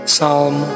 Psalm